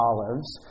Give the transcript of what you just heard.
Olives